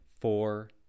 four